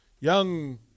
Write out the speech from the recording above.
young